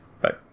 Bye